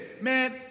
Man